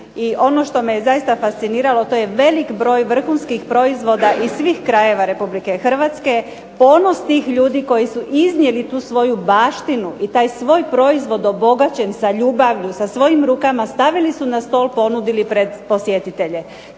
ono što me zaista fasciniralo to je veliki broj vrhunskih proizvoda iz svih krajeva Republike Hrvatske, ponos tih ljudi koji su iznijeli tu svoju baštinu i taj svoj proizvod obogaćen sa ljubavlju sa svojim rukama stavili su na stol ponudili pred posjetitelje.